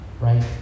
right